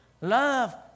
Love